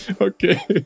Okay